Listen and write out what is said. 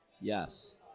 Yes